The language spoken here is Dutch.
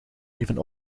even